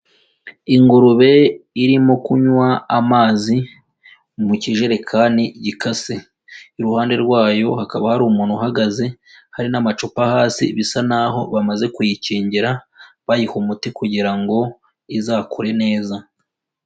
Ingurube irimo kunywa amazi mu kijerekani gikase, iruhande rwayo hakaba hari umuntu uhagaze, hari n'amacupa hasi, bisa naho bamaze kuyikingira bayiha umuti kugira ngo izakure neza.